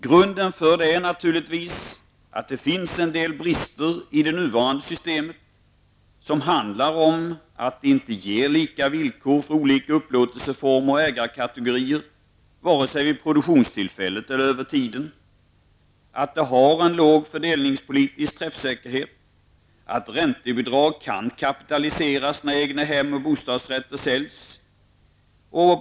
Grunden för detta är naturligtvis att det finns en del brister i det nuvarande systemet, som inte erbjuder lika villkor för olika upplåtelseformer och ägarkategorier vare sig vid produktionstillfället eller över tiden. Vidare har systemet liten fördelningspolitisk träffsäkerhet. Dessutom kan räntebidrag kapitaliseras när egnahem och bostadsrätter säljs.